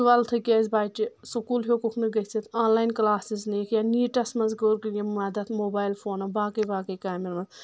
ٹُوٮ۪لتھٕکۍ ٲسۍ بچہِ سکوٗل ہٮ۪وکُکھ نہٕ گٔژھِتھ آن لاین کلاسِز نِیِکھ یا نیٖٹس منٛز گوٚوُکھ یہِ مدد موبایل فونو باقٕے باقٕے کامٮ۪ن منٛز